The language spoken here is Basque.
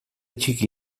txiki